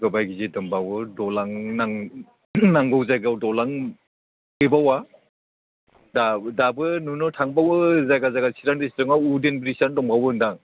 गोबाय गिजि दंबावो दलां नांगौ जायगायाव दलां गैबावा दाबो दाबो नुनो थांबावो जायगा जायगा चिरां डिसट्रिकआव उदेन ब्रिड्सआनो दंबावोदां